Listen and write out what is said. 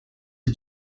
are